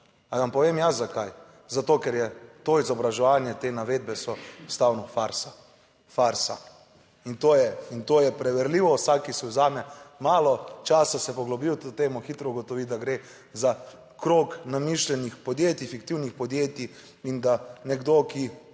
Ali vam povem jaz zakaj? Zato, ker je to izobraževanje, te navedbe so stalno farsa, farsa. In to je in to je preverljivo. Vsak, ki si vzame malo časa, se poglobi v to temo, hitro ugotovi, da gre za krog namišljenih podjetij, fiktivnih podjetij in da nekdo, ki